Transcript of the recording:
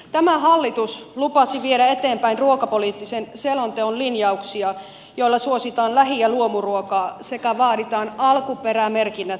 tämä hallitus lupasi viedä eteenpäin ruokapoliittisen selonteon linjauksia joilla suositaan lähi ja luomuruokaa sekä vaaditaan alkuperämerkinnät näkyviin